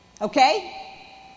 Okay